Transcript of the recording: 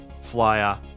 flyer